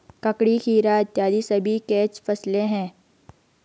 ककड़ी, खीरा इत्यादि सभी कैच फसलें हैं